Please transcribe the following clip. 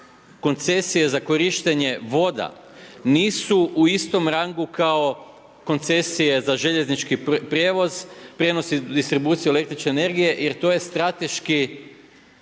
koncesije za korištenje voda nisu u istom rangu kao koncesije za željeznički prijevoz, prijenos distribucija električne energije, jer to je strateški